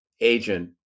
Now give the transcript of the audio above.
agent